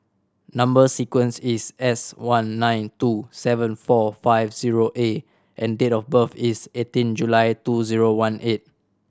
number sequence is S one nine two seven four five zero A and date of birth is eighteen July two zero one eight